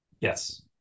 Yes